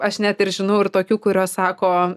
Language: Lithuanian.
aš net ir žinau ir tokių kurios sako